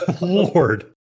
lord